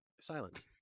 Silence